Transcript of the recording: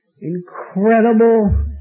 incredible